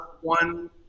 one